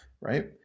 right